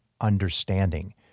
understanding